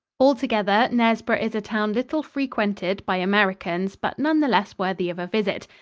altogether, knaresborough is a town little frequented by americans, but none the less worthy of a visit.